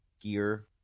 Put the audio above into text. gear